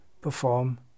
perform